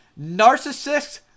narcissists